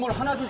hundred